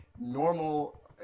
normal